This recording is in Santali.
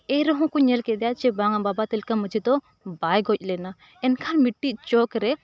ᱮᱱ ᱨᱮᱦᱚᱸ ᱠᱚ ᱧᱮᱞ ᱠᱮᱫᱮᱭᱟ ᱡᱮ ᱵᱟᱝ ᱵᱟᱵᱟ ᱛᱟᱹᱞᱤᱠᱟᱹ ᱢᱟᱹᱡᱷᱤ ᱫᱚ ᱵᱟᱭ ᱜᱚᱡ ᱞᱮᱱᱟ ᱮᱱᱠᱷᱟᱱ ᱢᱤᱫᱴᱤᱡ ᱪᱚᱠ ᱨᱮ